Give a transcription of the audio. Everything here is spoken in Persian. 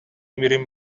میریم